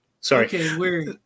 Sorry